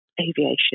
aviation